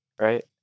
Right